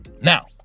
Now